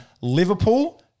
Liverpool